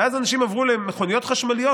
ואז אנשים עברו למכוניות חשמליות,